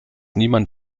niemand